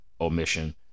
omission